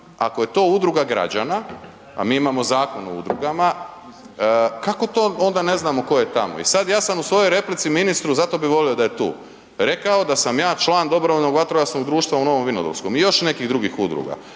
ako je to udruga građana, a mi imamo Zakon o udrugama, kako to onda ne znamo ko je tamo? I sad ja sam u svojoj replici ministru, zato bi volio da je tu, rekao da sam ja član DVD-a u Novom Vinodolskom i još nekih drugih udruga